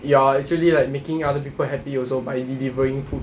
you're actually like making other people happy also by delivering food